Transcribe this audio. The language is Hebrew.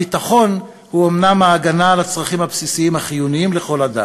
הביטחון הוא אומנם ההגנה על הצרכים הבסיסיים החיוניים לכל אדם,